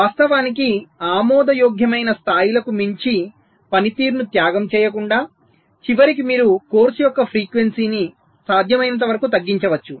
వాస్తవానికి ఆమోదయోగ్యమైన స్థాయిలకు మించి పనితీరును త్యాగం చేయకుండా చివరికి మీరు కోర్సు యొక్క ఫ్రీక్వెన్సీని సాధ్యమైనంతవరకు తగ్గించవచ్చు